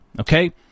Okay